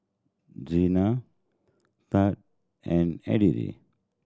Zina Tad and Edrie